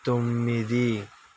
తొమ్మిది